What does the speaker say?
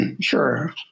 Sure